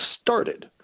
started